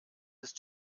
ist